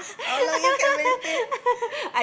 how long you can maintain